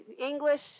English